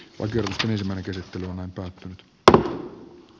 ryhmän käsittely on päättynyt b v